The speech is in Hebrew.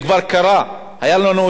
היה לנו אסון בעוספיא,